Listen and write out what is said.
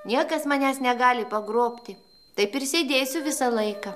niekas manęs negali pagrobti taip ir sėdėsiu visą laiką